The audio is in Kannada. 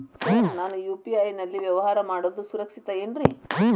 ಸರ್ ನಾನು ಯು.ಪಿ.ಐ ನಲ್ಲಿ ವ್ಯವಹಾರ ಮಾಡೋದು ಸುರಕ್ಷಿತ ಏನ್ರಿ?